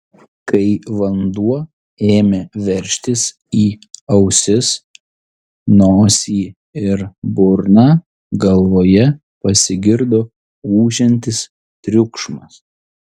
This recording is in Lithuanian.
kai vanduo ėmė veržtis į ausis nosį ir burną galvoje pasigirdo ūžiantis triukšmas